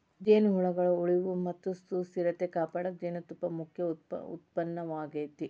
ಜೇನುಹುಳಗಳ ಉಳಿವು ಮತ್ತ ಸುಸ್ಥಿರತೆ ಕಾಪಾಡಕ ಜೇನುತುಪ್ಪ ಮುಖ್ಯ ಉತ್ಪನ್ನವಾಗೇತಿ